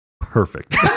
Perfect